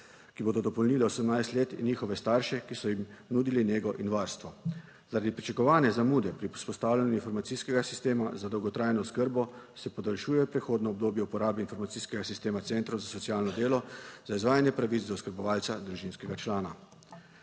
ki bodo dopolnili 18 let in njihove starše, ki so jim nudili nego in varstvo. Zaradi pričakovane zamude pri vzpostavljanju informacijskega sistema za dolgotrajno oskrbo se podaljšuje prehodno obdobje uporabe informacijskega sistema Centrov za socialno delo za izvajanje pravic do oskrbovalca družinskega člana.